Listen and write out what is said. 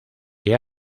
que